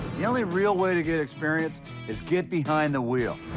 the only real way to get experience is get behind the wheel.